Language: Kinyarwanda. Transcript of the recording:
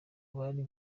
bari